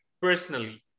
personally